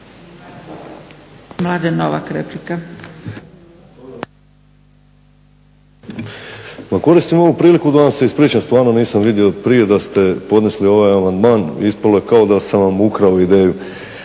Mladen Novak replika.